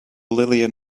lillian